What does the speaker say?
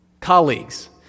colleagues